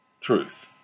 truth